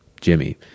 Jimmy